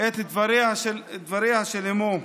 את דבריה של אימו,